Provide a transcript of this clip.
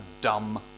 dumb